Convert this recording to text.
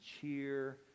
cheer